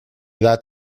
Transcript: that